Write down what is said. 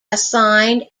assigned